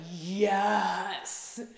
yes